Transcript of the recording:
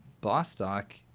Bostock